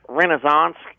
renaissance